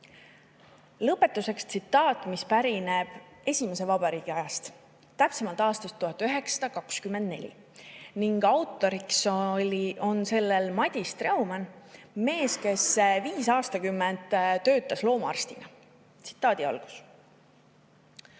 Lõpetuseks tsitaat, mis pärineb esimese vabariigi ajast, täpsemalt aastast 1924. Selle autor on Madis Treumann, mees, kes viis aastakümmet töötas loomaarstina. Tsitaat: "Üksi